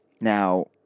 Now